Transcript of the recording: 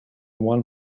one